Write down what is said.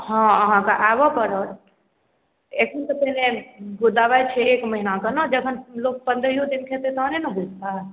हँ अहाँकऽ आबऽ पड़त दबाइ छै एक महिनाके ने जखन लोक पन्द्रहइयो दिन खेतै तहने ने बुझतै